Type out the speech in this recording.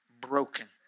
broken